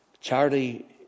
Charity